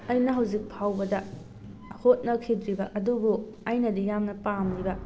ꯑꯩꯅ ꯍꯧꯖꯤꯛ ꯐꯥꯎꯕꯗ ꯍꯣꯠꯅꯈꯤꯗ꯭ꯔꯤꯕ ꯑꯗꯨꯕꯨ ꯑꯩꯅꯗꯤ ꯌꯥꯝꯅ ꯄꯥꯝꯂꯤꯕ